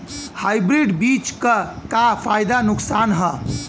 Hybrid बीज क का फायदा नुकसान ह?